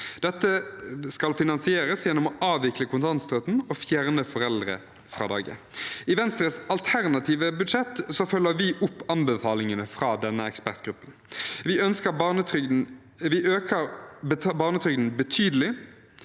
Dette skal finansieres gjennom å avvikle kontantstøtten og fjerne foreldrefradraget. I Venstres alternative budsjett følger vi opp anbefalingene fra denne ekspertgruppen. Vi øker barnetrygden betydelig